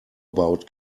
about